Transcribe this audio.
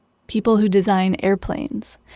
people who design airplanes.